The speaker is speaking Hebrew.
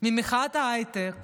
ממחאת ההייטק